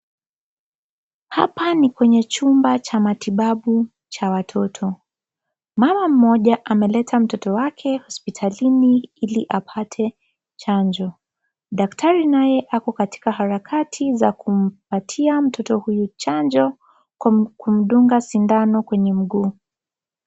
Hapa ni kwenye chumba cha matibabu cha watoto. Mama mmoja ameleta mtoto wake hospitalini ili apate chanjo. Daktari naye ako katika harakati za kumpatia mtoto huyu chanjo kwa kumdunga sindano kwenye mguu.